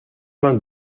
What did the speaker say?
vingt